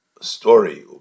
story